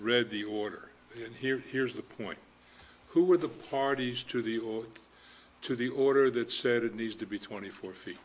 read the order and here here's the point who were the parties to the will to the order that said it needs to be twenty four